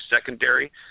secondary